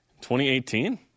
2018